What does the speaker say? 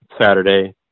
Saturday